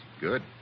Good